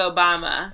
Obama